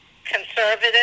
conservative